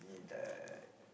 me the